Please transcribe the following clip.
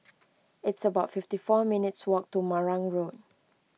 it's about fifty four minutes' walk to Marang Road